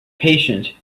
patient